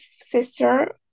sister